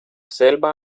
selva